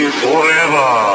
forever